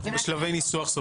אנחנו בשלבי ניסוח,